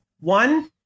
One